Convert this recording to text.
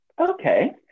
Okay